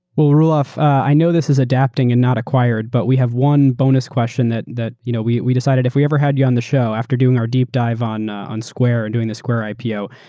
roelof, i know this is adapting and not acquired, but we have one bonus question that that you know we we decided if we ever had you on the show after doing our deep dive on on square and doing the square ipo.